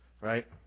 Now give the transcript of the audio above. Right